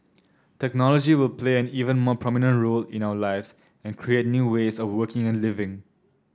technology will play an even more prominent role in our lives and create new ways of working and living